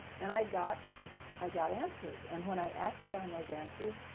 and i got i got answers! and when i acted on those answers,